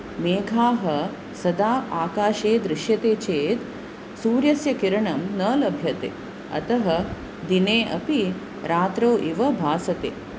मेघाः सदा आकशे दृश्यते चेत् सूर्यस्य किरणं न लभ्यते अतः दिने अपि रात्रौ इव भासते